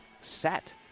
set